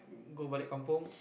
go Balik Kampung